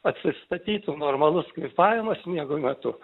atsistatytų normalus kvėpavimas miego metu